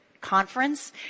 conference